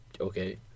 Okay